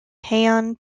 heian